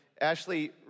Ashley